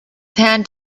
hand